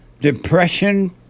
depression